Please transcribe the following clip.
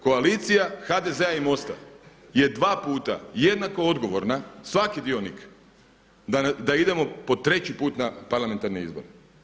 Koalicija HDZ-a i MOST-a je dva puta jednako odgovorna svaki dionik da idemo po treći put na parlamentarne izbore.